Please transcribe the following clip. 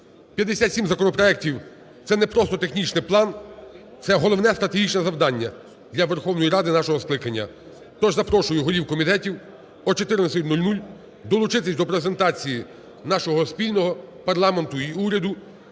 57 законопроектів – це не просто технічний план, це головне стратегічне завдання для Верховної Ради нашого скликання. Тож запрошую голів комітетів о 14:00 долучитись до презентації нашого спільного, парламенту і уряду,